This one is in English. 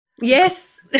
Yes